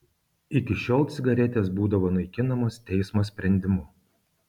iki šiol cigaretės būdavo naikinamos teismo sprendimu